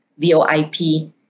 VOIP